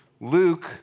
Luke